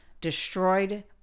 destroyed